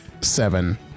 Seven